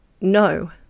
No